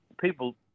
people